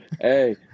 hey